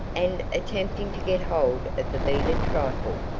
and attempting to get hold of the beaded trifle.